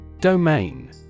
Domain